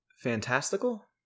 fantastical